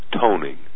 toning